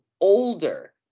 older